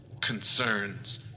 concerns